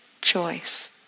choice